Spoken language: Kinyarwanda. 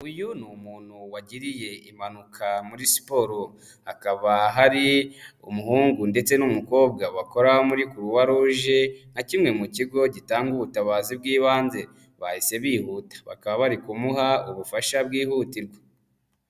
Uyu ni umuntu wagiriye impanuka muri siporo, hakaba hari umuhungu ndetse n'umukobwa bakora muri Croix Rouge nka kimwe mu kigo gitanga ubutabazi bw'ibanze bahise bihuta, bakaba bari kumuha ubufasha bwihutirwa.